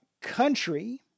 country